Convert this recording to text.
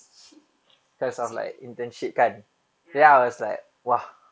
ya